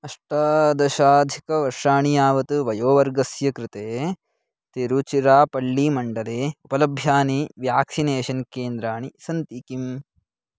अष्टादशाधिकवर्षाणि यावत् वयोवर्गस्य कृते तिरुचिरापळ्ळिमण्डले उपलभ्यानि व्याक्सिनेषन् केन्द्राणि सन्ति किम्